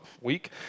week